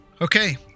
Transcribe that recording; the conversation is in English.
okay